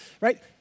Right